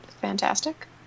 fantastic